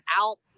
out